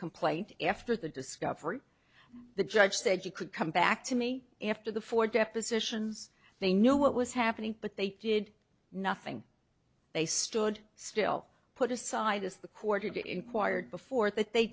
complaint after the discovery the judge said he could come back to me after the four depositions they knew what was happening but they did nothing they stood still put aside as the quarter did inquired before that they